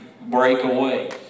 breakaway